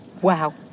Wow